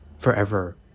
Forever